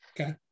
okay